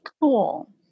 cool